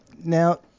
Now